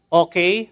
okay